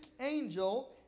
angel